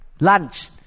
lunch